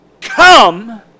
come